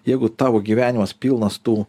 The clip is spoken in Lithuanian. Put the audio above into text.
jeigu tavo gyvenimas pilnas tų